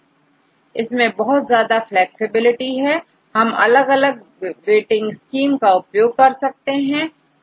इसमें बहुत ज्यादा फ्लैक्सिबिलिटी है हम अलग अलग वेटिंग स्कीम का उपयोग कर सकते हैं